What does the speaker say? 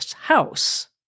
house